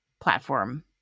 platform